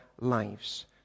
lives